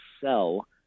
sell